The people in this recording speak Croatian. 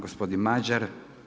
Gospodin Mađar.